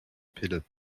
pille